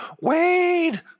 Wade